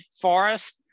forest